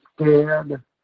scared